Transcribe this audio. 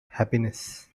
happiness